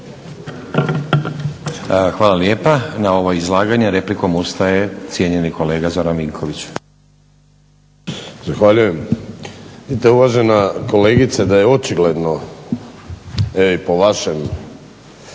Hvala lijepa. Na ovo izlaganje replikom ustaje cijenjeni kolega Zoran Vinković. **Vinković, Zoran (HDSSB)** Zahvaljujem. Vidite uvažena kolegice da je očigledno i po vašem